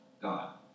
God